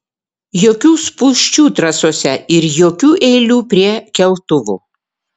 jokių spūsčių trasose ir jokių eilių prie keltuvų